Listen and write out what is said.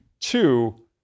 Two